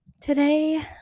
today